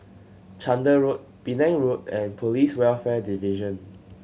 Chander Road Penang Road and Police Welfare Division